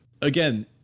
again